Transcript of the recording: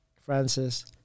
Francis